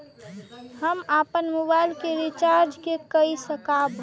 हम अपन मोबाइल के रिचार्ज के कई सकाब?